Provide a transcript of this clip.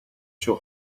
too